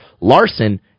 Larson